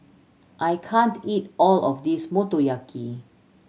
I can't eat all of this Motoyaki